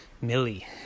Millie